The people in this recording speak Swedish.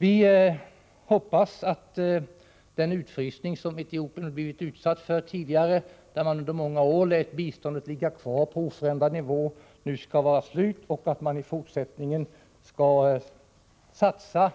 Vi hoppas att den utfrysning som Etiopien har blivit utsatt för tidigare, när man under många år lät biståndet ligga kvar på oförändrad nivå, nu skall vara slut och att man kommer att satsa